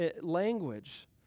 language